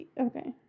Okay